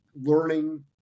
learning